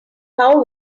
how